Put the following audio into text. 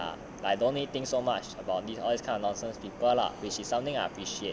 like don't need think so much about this all these kind of nonsense people lah which is something I appreciate